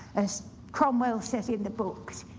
as cromwell says in the books,